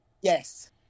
Yes